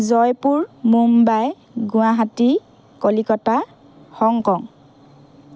Jaipur Mumbai Guwahati Kolkata Hong Kong